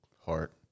heart